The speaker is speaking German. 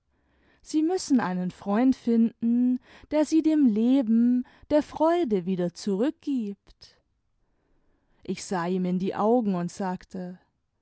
sie müssen einen freund finden der sie dem leben der freude wieder zurückgibt ich sah ihm in die augen und sagte